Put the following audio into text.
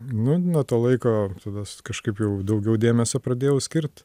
nu nuo to laiko tada su kažkaip jau daugiau dėmesio pradėjau skirt